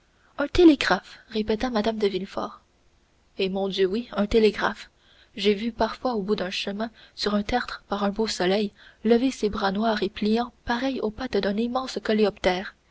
un télégraphe répéta mme de villefort eh mon dieu oui un télégraphe j'ai vu parfois au bout d'un chemin sur un tertre par un beau soleil se lever ces bras noirs et pliants pareils aux pattes d'un immense coléoptère